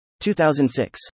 2006